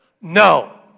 No